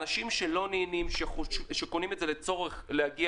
ולגבי אנשים שקונים את זה כדי להגיע